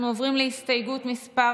אנחנו עוברים להסתייגות מס'